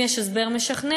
אם יש לכם הסבר משכנע,